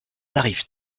arrivent